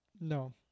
No